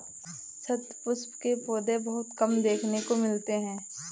शतपुष्प के पौधे बहुत कम देखने को मिलते हैं